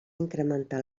incrementar